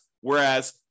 Whereas